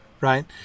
right